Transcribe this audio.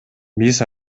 биз